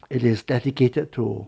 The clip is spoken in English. it is dedicated to